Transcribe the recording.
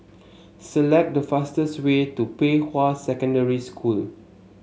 select the fastest way to Pei Hwa Secondary School